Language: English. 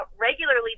regularly